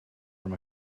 from